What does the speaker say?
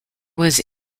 was